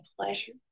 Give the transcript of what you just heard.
pleasure